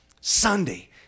Sunday